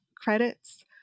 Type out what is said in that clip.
credits